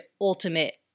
ultimate